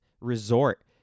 resort